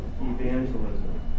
evangelism